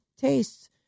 tastes